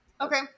Okay